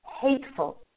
hateful